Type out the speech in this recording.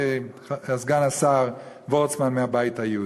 סגן השר וורצמן מהבית היהודי?